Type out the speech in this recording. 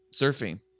Surfing